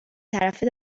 طرفه